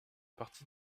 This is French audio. partie